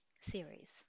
series